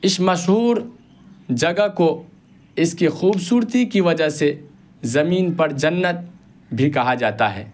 اس مشہور جگہ کو اس کی خوبصورتی کی وجہ سے زمین پر جنت بھی کہا جاتا ہے